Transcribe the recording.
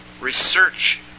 research